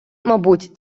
мабуть